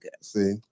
See